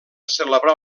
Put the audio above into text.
celebrar